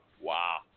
wow